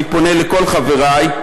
ואני פונה לכל חברי: